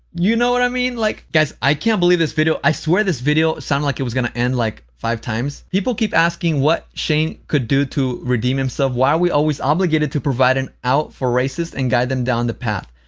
you know what i mean? like, guys, i can't believe this video i swear this video sounded like it was gonna end, like, five times. people keep asking what shane could do to redeem himself. why are we always obligated to provide an out for racists and guide them down the path?